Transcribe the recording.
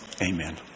amen